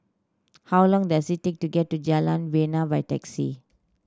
how long does it take to get to Jalan Bena by taxi